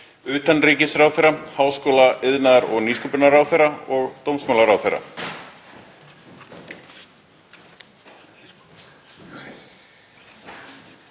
utanríkisráðherra, háskóla-, iðnaðar- og nýsköpunarráðherra og dómsmálaráðherra.